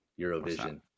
Eurovision